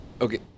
Okay